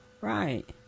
Right